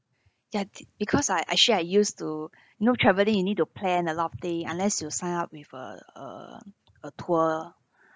ya because I actually I used to you know travelling you need to plan a lot of thing unless you sign up with a a a tour